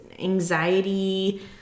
anxiety